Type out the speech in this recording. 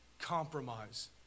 Compromise